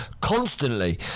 constantly